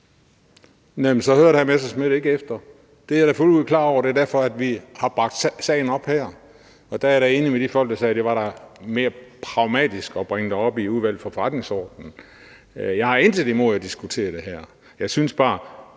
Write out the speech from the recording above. hr. Morten Messerschmidt ikke efter. Det er jeg da fuldt ud klar over. Det er derfor, at vi har bragt sagen op her. Og der er jeg da enig med de folk, der sagde, at det var da mere pragmatisk at bringe det op i Udvalget for Forretningsordenen. Jeg har intet imod at diskutere det her. Jeg synes bare,